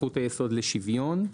זכות היסוד לשוויון.